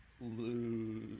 lose